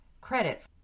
credit